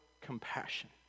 compassion